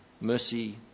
Mercy